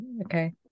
okay